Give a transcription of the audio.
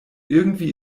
irgendwie